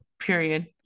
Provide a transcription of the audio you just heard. period